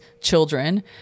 children